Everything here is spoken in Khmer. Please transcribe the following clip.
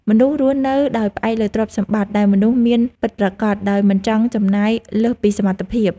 មនុស្សរស់នៅដោយផ្អែកលើទ្រព្យសម្បត្តិដែលខ្លួនមានពិតប្រាកដដោយមិនចង់ចំណាយលើសពីសមត្ថភាព។